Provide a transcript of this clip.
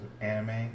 anime